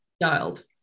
dialed